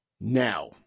Now